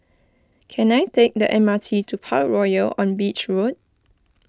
can I take the M R T to Parkroyal on Beach Road